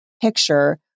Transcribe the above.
picture